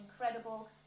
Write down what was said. incredible